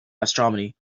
astronomy